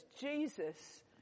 Jesus